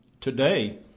today